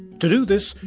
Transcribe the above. to do this,